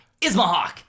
Ismahawk